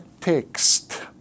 text